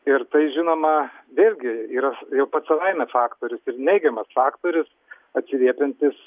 ir tai žinoma vėlgi yra jau pats savaime faktorius ir neigiamas faktorius atsiliepianis